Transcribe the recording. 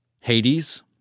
Hades